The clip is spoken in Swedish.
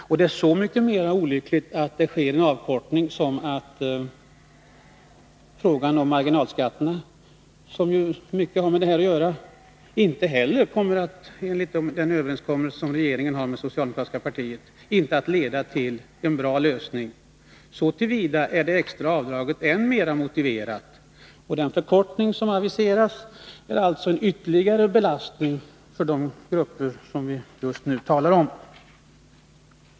Att det sker en avkortning är så mycket mera olyckligt som frågan om marginalskatterna — som ju mycket har med det här att göra — inte heller enligt den överenskommelse som regeringen har träffat med det socialdemokratiska partiet kommer att leda till en bra lösning. Så till vida är det extra avdraget än mera motiverat. Den förkortning som aviseras skulle alltså bli en ytterligare belastning för de grupper som vi just nu talar om.